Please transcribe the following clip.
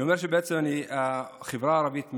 אני אומר שבעצם החברה הערבית מדממת.